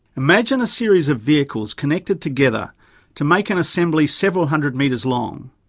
imagine a series of vehicles connected together to make an assembly several hundred metres long.